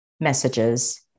messages